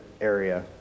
area